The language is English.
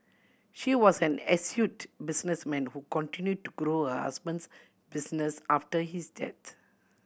she was an astute businessman who continue to grow her husband's business after his death